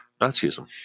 Nazism